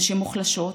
נשים מוחלשות,